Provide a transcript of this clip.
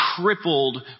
crippled